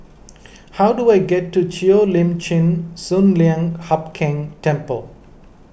how do I get to Cheo Lim Chin Sun Lian Hup Keng Temple